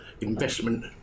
investment